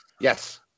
Yes